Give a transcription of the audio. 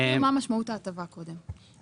תסביר מהי משמעות ההטבה קודם.